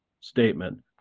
statement